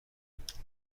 کنید